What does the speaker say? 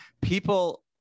people